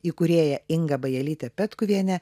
įkūrėja inga bajelyte petkuviene